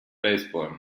baseball